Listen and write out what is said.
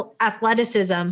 athleticism